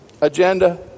agenda